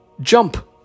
jump